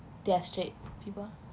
they're straight people